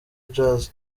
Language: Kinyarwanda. jazz